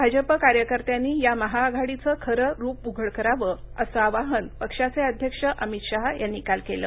भाजपा कार्यकर्त्यांनी या महाआघाडीचं खरं रुप उघड करावं असं आवाहन पक्षाचे अध्यक्ष अमित शहा यांनी काल केलं